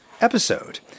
episode